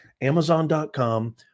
Amazon.com